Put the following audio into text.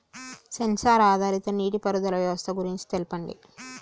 Censor ఆధారిత నీటిపారుదల వ్యవస్థ గురించి తెల్పండి?